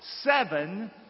Seven